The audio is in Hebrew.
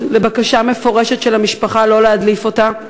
לבקשה מפורשת של המשפחה שלא להדליף אותה?